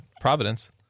Providence